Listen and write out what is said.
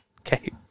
Okay